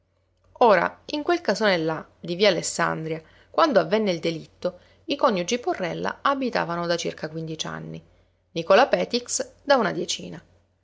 ora in quel casone là di via alessandria quando avvenne il delitto i coniugi porrella abitavano da circa quindici anni nicola petix da una diecina